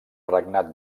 regnat